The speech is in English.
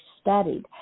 studied